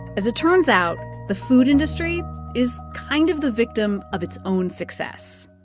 as it turns out, the food industry is kind of the victim of its own success